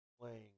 playing